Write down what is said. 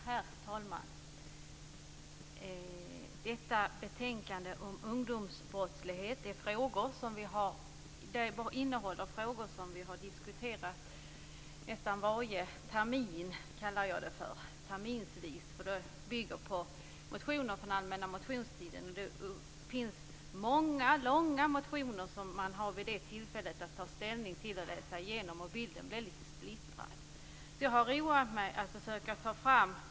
Herr talman! Detta betänkande om ungdomsbrottslighet innehåller frågor som vi har diskuterat nästan varje termin, som jag kallar det. Det bygger på motioner från allmänna motionstiden, och det finns många, långa motioner som man vid det tillfället har att läsa igenom och ta ställning till. Bilden blir lite splittrad.